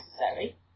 necessary